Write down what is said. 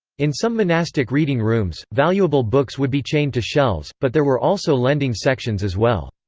in some monastic reading rooms, valuable books would be chained to shelves, but there were also lending sections as well.